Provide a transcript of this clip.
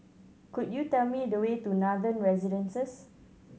could you tell me the way to Nathan Residences